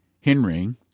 Henry